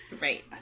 Right